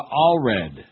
Allred